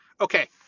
okay